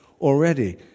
already